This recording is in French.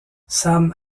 sam